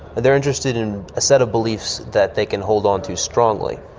they're interested in a set of beliefs that they can hold onto strongly,